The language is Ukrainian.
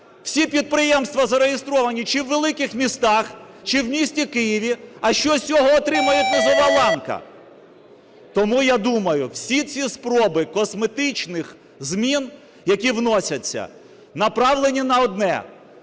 Всі підприємства зареєстровані чи у великих містах, чи у місті Києві. А що з цього отримає низова ланка? Тому я думаю, всі ці спроби косметичних змін, які вносяться, направлені на одне: